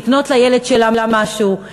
לקנות לילד שלה משהו,